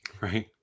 Right